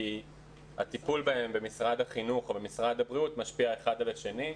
כי הטיפול בהם במשרד החינוך או במשרד הבריאות משפיע אחד על השני.